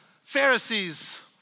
Pharisees